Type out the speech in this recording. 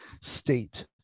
state